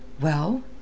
Well